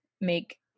make